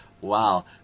wow